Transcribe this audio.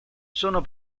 sono